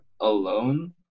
alone